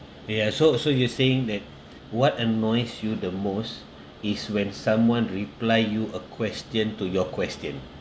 ya so so you're saying that what annoys you the most is when someone reply you a question to your question